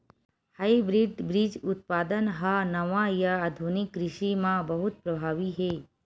hybrid बीज उत्पादन हा नवा या आधुनिक कृषि मा बहुत प्रभावी हे